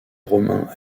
romains